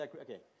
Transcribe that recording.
okay